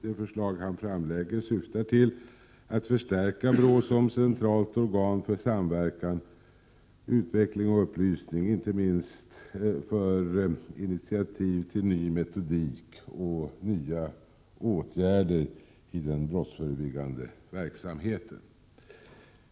Det förslag han framlägger syftar till att förstärka BRÅ som centralt organ för samverkan, utveckling och upplysning, inte minst för initiativ till ny metodik och nya åtgärder i den brottsförebyggande verksamheten.